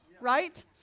right